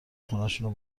خونشون